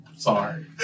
Sorry